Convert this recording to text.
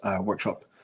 workshop